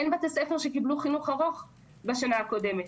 אין בתי ספר שקיבלו חינוך ארוך בשנה הקודמת,